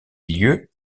lieu